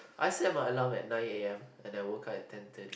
I set my alarm at nine a_m and I woke up at ten thirty